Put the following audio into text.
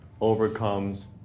overcomes